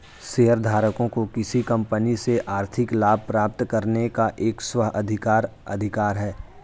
शेयरधारकों को किसी कंपनी से आर्थिक लाभ प्राप्त करने का एक स्व अधिकार अधिकार है